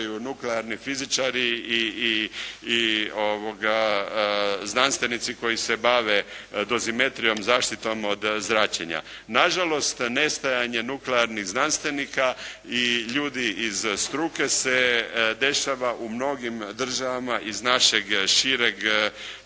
nuklearni fizičari i znanstvenici koji se bave dozimetrijom, zaštitom od zračenja. Na žalost nestajanje nuklearnih znanstvenika i ljudi iz struke se dešava u mnogim državama iz našeg šireg